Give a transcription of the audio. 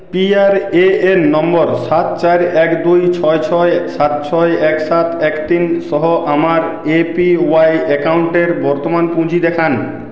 PRAN number সাত চার এক দুই ছয় ছয় সাত ছয় এক সাত এক তিন সহ আমার এপিওয়াই অ্যাকাউন্টের বর্তমান পুঁজি দেখান